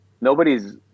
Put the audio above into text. nobody's